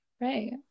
Right